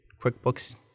QuickBooks